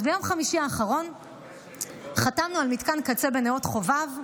אז ביום חמישי האחרון חתמנו על מתקן קצה בנאות חובב.